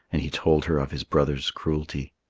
and he told her of his brothers' cruelty.